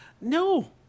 no